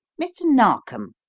mr. narkom,